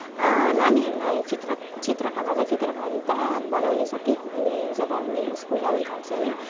नानीहरूलाई चित्र चित्रकला र चित्रकारिता बनाउने सठिक उमेर जब उनीहरू स्कुल जान थाल्छन्